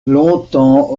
longtemps